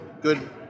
good